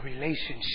relationship